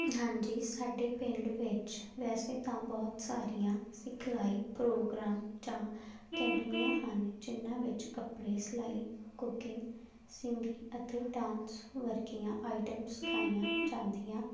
ਹਾਂਜੀ ਸਾਡੇ ਪਿੰਡ ਵਿੱਚ ਵੈਸੇ ਤਾਂ ਬਹੁਤ ਸਾਰੀਆਂ ਸਿਖਲਾਈ ਪ੍ਰੋਗਰਾਮ ਜਾਂ ਅਕੈਡਮੀਆਂ ਹਨ ਜਿਨ੍ਹਾਂ ਵਿੱਚ ਕੱਪੜੇ ਸਿਲਾਈ ਕੁਕਿੰਗ ਸਿੰਗਿੰਗ ਅਤੇ ਡਾਂਸ ਵਰਗੀਆਂ ਆਈਟਮ ਸਿਖਾਈਆਂ ਜਾਂਦੀਆਂ